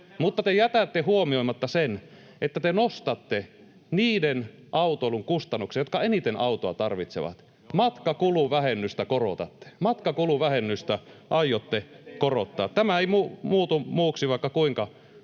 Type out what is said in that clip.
mutta te jätätte huomioimatta sen, että te nostatte niiden autoilun kustannuksia, jotka eniten autoa tarvitsevat, eli matkakuluvähennystä korotatte. — Matkakuluvähennystä aiotte korottaa, tämä ei muutu muuksi, vaikka kuinka